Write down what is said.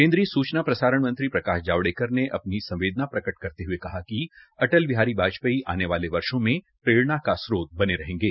केन्द्रीय सूचना प्रसारण मंत्री प्रकाश जावड़ेकर ने अपनी संवदेना प्रकट करते हये कहा कि अटल बिहारी वाजपेयी आने वाले वर्षो में प्रेरणा का स्त्रोत बने रहेंगे